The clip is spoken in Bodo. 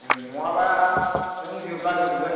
नङाब्ला नों जोबलाजोबगोन